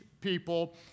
people